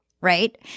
Right